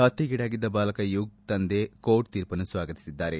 ಹತ್ಯೆಗೀಡಾಗಿದ್ದ ಬಾಲಕ ಯುಗ್ ತಂದೆ ಕೋರ್ಟ್ ತೀರ್ಪನ್ನು ಸ್ವಾಗತಿಸಿದ್ದಾರೆ